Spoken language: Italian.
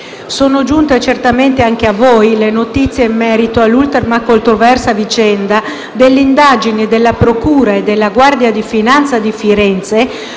Sono giunte certamente anche a voi le notizie in merito all'ultima controversa vicenda delle indagini della procura e della Guardia di finanza di Firenze